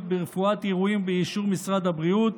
ברפואת עירויים ובאישור משרד הבריאות,